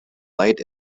light